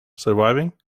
surviving